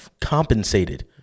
compensated